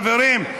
חברים,